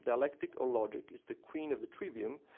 dialectic or logic is the queen of the trivium,